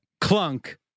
Clunk